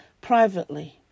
privately